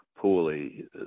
poorly